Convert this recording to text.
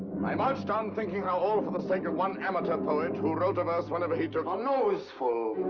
i marched on thinking how all for the sake of one amateur poet who wrote a verse whenever he took a nose full.